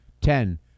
Ten